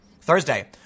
Thursday